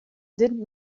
didn’t